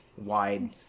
wide